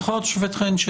השופט חן,